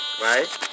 right